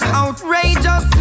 outrageous